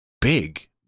big